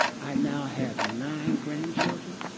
i now have nine grandchildren,